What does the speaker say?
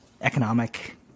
economic